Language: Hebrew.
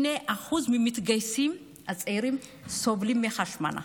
2% מהמתגייסים הצעירים סובלים מהשמנה.